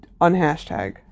unhashtag